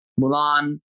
Mulan